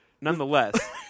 nonetheless